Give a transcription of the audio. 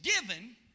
given